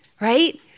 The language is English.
right